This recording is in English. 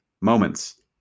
moments